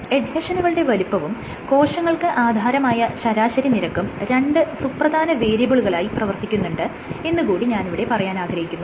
എഡ്ഹെഷനുകളുടെ വലുപ്പവും കോശങ്ങൾക്ക് ആധാരമായ ശരാശരി നിരക്കും രണ്ട് സുപ്രധാന വേരിയബിളുകളായി പ്രവർത്തിക്കുന്നുണ്ട് എന്ന് കൂടി ഞാനിവിടെ പറയാൻ ആഗ്രഹിക്കുന്നു